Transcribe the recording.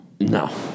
No